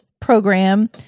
program